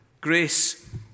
grace